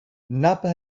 napa